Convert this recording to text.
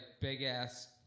big-ass